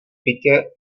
bytě